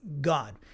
God